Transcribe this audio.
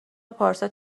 پارسال